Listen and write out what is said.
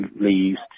leaves